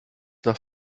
nach